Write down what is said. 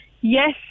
yes